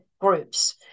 groups